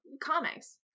comics